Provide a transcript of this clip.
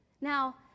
Now